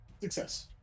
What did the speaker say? Success